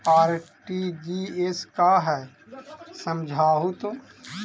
RTGS का है समझाहू तो?